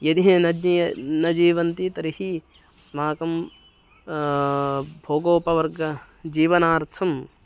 यदि हि न ज्ञि न जीवन्ति तर्हि अस्माकं भोगोपवर्गजीवनार्थं